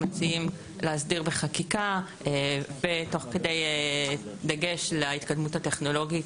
אנחנו מציעים להסדיר בחקיקה תוך כדי דגש על ההתקדמות הטכנולוגית,